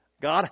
God